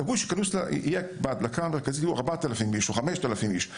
קבעו שבהדלקה המרכזית יהיו 4,000 או 5,000 אנשים.